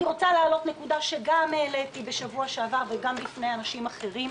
אני רוצה להעלות נקודה שהעליתי גם בשבוע שעבר וגם בפני אנשים אחרים.